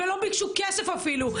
ולא ביקשו כסף אפילו,